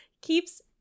keeps